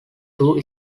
two